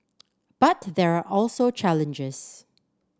but there are also challenges